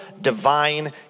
divine